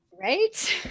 Right